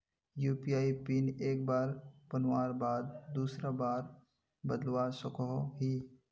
UPI pin एक बार बनवार बाद दूसरा बार बदलवा सकोहो ही?